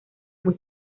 muy